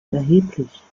erheblich